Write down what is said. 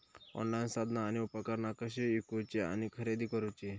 Online साधना आणि उपकरणा कशी ईकूची आणि खरेदी करुची?